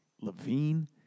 Levine